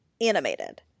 animated